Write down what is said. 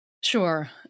Sure